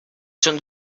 són